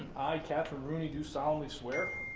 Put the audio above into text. i katherine rooney do solemnly swear.